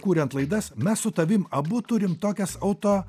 kuriant laidas mes su tavim abu turim tokias auto